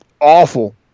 awful